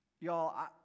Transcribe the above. Y'all